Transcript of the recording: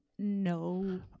no